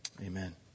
Amen